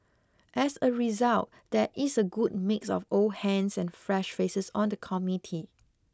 as a result there is a good mix of old hands and fresh faces on the committee